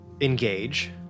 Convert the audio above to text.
engage